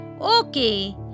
Okay